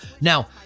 Now